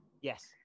Yes